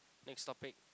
next topic